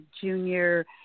junior